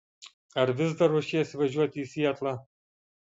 ar vis dar ruošiesi važiuoti į sietlą